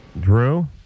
Drew